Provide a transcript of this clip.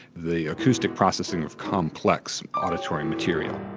the acoustic processing of complex auditory material.